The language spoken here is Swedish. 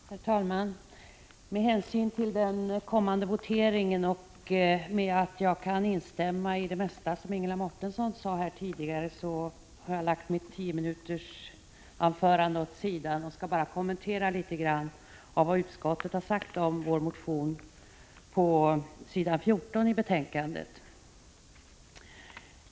Herr talman! Med hänsyn till den kommande voteringen och då jag kan instämma i det mesta som Ingela Mårtensson sade tidigare har jag lagt manuskriptet med mitt tiominutersanförande åt sidan. Jag skall bara kommentera det som utskottet på s. 14 i betänkandet sagt om vår motion.